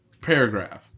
paragraph